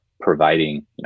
providing